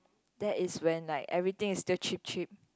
that is when like everything is still cheap cheap